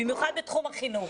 במיוחד בתחום החינוך.